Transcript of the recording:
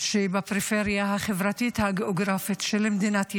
שבפריפריה החברתית הגיאוגרפית של מדינת ישראל,